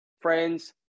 Friends